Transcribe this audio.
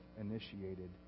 initiated